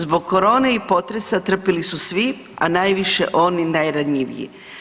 Zbog korone i potresa trpili su svi, a najviše oni najranjiviji.